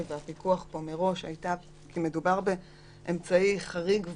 ועל הפיקוח היא כי מדובר באמצעי חריג וגורף,